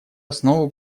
основу